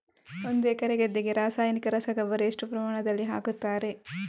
ಒಂದು ಎಕರೆ ಗದ್ದೆಗೆ ರಾಸಾಯನಿಕ ರಸಗೊಬ್ಬರ ಎಷ್ಟು ಪ್ರಮಾಣದಲ್ಲಿ ಹಾಕುತ್ತಾರೆ?